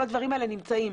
כל הדברים האלה נמצאים.